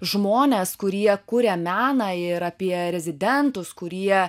žmones kurie kuria meną ir apie rezidentus kurie